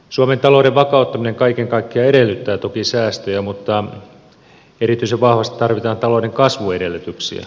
suomen talouden vakauttaminen kaiken kaikkiaan edellyttää toki säästöjä mutta erityisen vahvasti tarvitaan talouden kasvuedellytyksiä